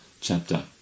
chapter